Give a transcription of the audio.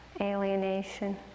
alienation